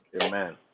Amen